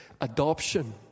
adoption